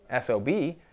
sob